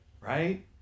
right